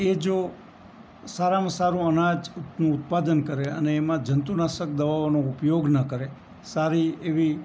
એ જો સારાંમાં સારું અનાજ નું ઉત્પાદન કરે અને એમાં જંતુનાશક દવાઓનો ઉપયોગ ન કરે સારી એવી